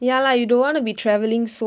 ya lah you don't want to be travelling so